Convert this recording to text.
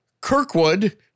Kirkwood